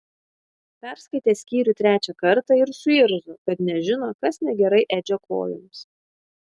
perskaitė skyrių trečią kartą ir suirzo kad nežino kas negerai edžio kojoms